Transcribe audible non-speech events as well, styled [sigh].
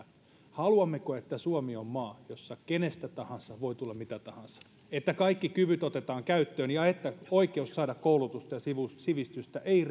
haluammeko että suomi on maa jossa kenestä tahansa voi tulla mitä tahansa että kaikki kyvyt otetaan käyttöön ja että oikeus saada koulutusta ja sivistystä ei [unintelligible]